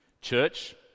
Church